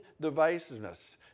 divisiveness